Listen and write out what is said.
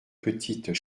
petites